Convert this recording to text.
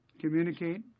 communicate